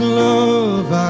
love